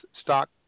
stock